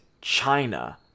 China